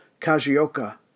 Kajioka